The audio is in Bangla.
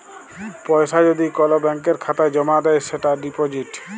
পয়সা যদি কল ব্যাংকের খাতায় জ্যমা দেয় সেটা ডিপজিট